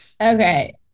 Okay